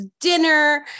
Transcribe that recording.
dinner